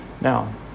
Now